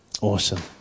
Awesome